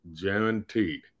guaranteed